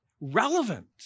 relevant